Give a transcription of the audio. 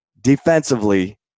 defensively